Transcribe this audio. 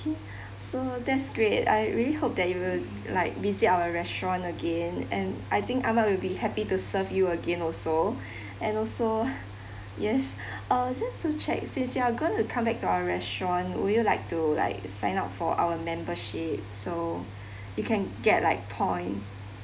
so that's great I really hope that you will like visit our restaurant again and I think ahmad will be happy to serve you again also and also yes uh just to check since you are going to come back to our restaurant would you like to like sign up for our membership so you can get like point